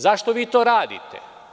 Zašto vi to radite?